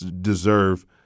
deserve